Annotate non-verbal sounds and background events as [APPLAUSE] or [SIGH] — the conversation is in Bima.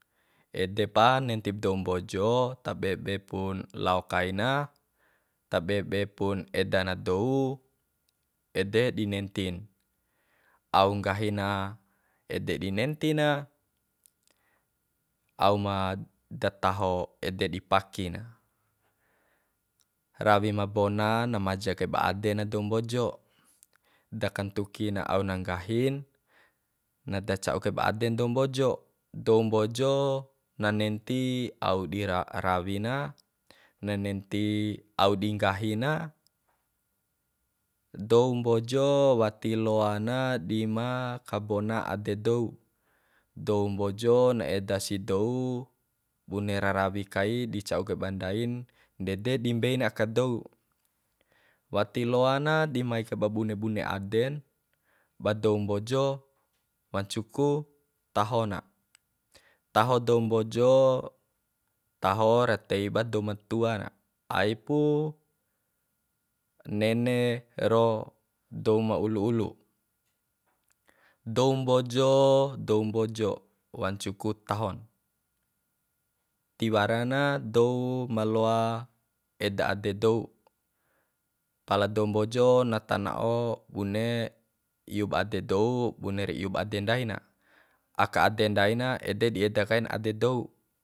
Ede pa nentib dou mbojo tabe be pun lao kaina tabe be pun eda na dou ede di nentin au nggahi na ede di nenti na au ma dataho ede di paki na rawi ma bona na maja kaiba ade na dou mbojo dakantuki na au na nggahin na daca'u kaiba aden dou mbojo dou mbojo na nenti au di [HESITATION] rawi na na nenti au di nggahina dou mbojo wati loana di ma kabona ade dou dou mbojo na eda si dou bune ra rawi kai di ca'u kaiba ndain ndede di mbein aka dou wati loana di mai kaiba bune bune aden ba dou mbojo wancu ku taho na taho dou mbojo taho ra tei ba dou ma tua na ai pu nene ro dou ma ulu ulu dou mbojo dou mbojo wancu ku tahon tiwara na dou ma loa eda ade dou pala dou mbojo na tana'o bune iup ade dou buner iu ba ade ndai na aka ade ndai na ede di eda kain ade dou